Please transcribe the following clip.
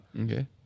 Okay